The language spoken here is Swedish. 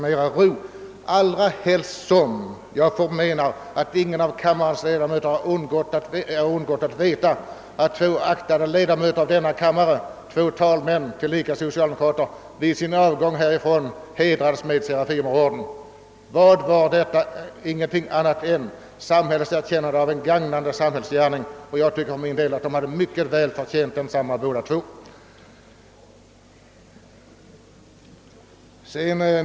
Det kan väl heller inte ha undgått kammarens ledamöter att två aktade medlemmar av denna kammare — två talmän, tillika socialdemokrater — vid sin avgång från riksdagen hedrades med Serafimerorden. Detta var ingen. ting annat än samhällets erkännande av en gagnelig samhällsgärning, och jag tycker att båda två hade mycket väl förtjänat denna orden.